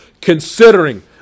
Considering